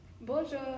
Bonjour